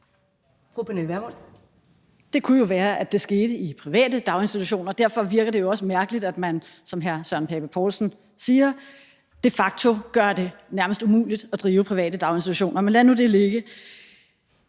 Det kunne jo være, at det skete i private daginstitutioner. Derfor virker det jo også mærkeligt, at man – som hr. Søren Pape Poulsen siger – de facto gør det nærmest umuligt at drive private daginstitutioner. Men lad nu det ligge.